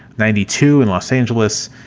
ninety two in los angeles,